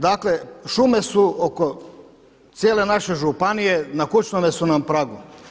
Dakle, šume su oko cijele naše županije na kućnome su nam pragu.